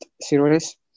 series